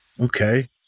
Okay